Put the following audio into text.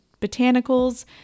botanicals